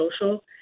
social